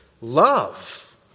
love